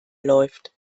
läuft